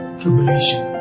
tribulation